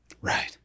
Right